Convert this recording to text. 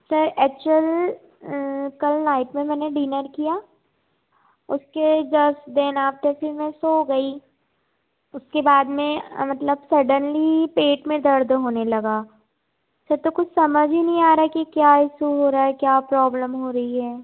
sir actual कल night में मैंने डिनर किया उसके जस्ट दैन आफ्टर फिर मैं सो गई उसके बाद में मतलब सडनली पेट में दर्द होने लगा सर तो कुछ समझ ही नहीं आ रहा है कि क्या इश्यू हो रहा है क्या प्रॉब्लम हो रही है